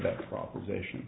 that proposition